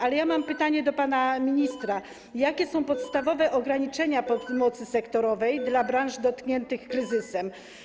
Ale ja mam pytanie do pana ministra: Jakie są podstawowe ograniczenia pomocy sektorowej dla branż dotkniętych kryzysem?